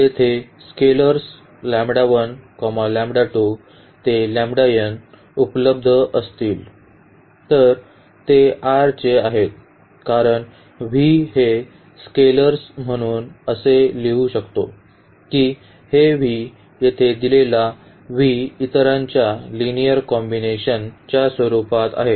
जर तेथे स्केलेर्स उपलब्ध असतील आणि ते R चे आहेत कारण V हे स्केलेर्स म्हणून असे लिहू शकतो की हे v येथे दिलेला v इतरांच्या लिनिअर कॉम्बिनेशन च्या रूपात आहे